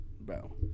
bro